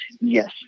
Yes